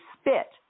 spit